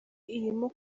irimo